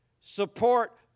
support